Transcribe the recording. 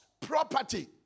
property